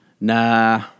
Nah